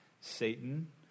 Satan